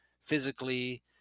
physically